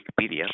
Wikipedia